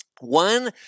One